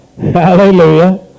hallelujah